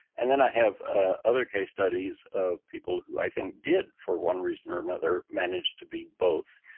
and then i have a other case studies of people who i think did for one reason or another, managed to be both.